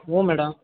ಹ್ಞೂ ಮೇಡಮ್